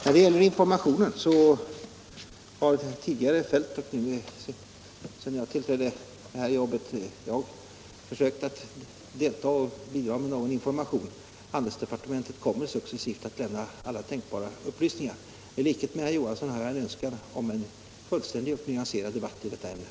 När det gäller informationen har tidigare min företrädare på handelsministerposten och senare jag själv försökt bidra med sådan. Handelsdepartementet kommer successivt att lämna alla tänkbara upplysningar. I likhet med herr Olof Johansson i Stockholm har jag en önskan om en fullständig och nyanserad debatt i detta ärende.